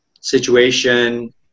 situation